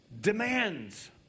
demands